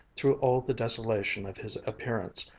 through all the desolation of his appearance,